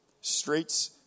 streets